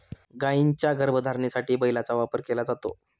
गायींच्या गर्भधारणेसाठी बैलाचा वापर केला जातो